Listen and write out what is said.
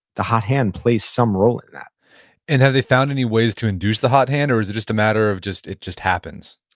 the hot hand plays some role in that and have they found any ways to induce the hot hand, or is it just a matter of, it just happens?